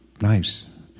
nice